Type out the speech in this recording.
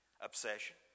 Obsession